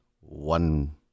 one